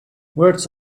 words